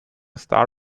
star